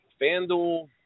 FanDuel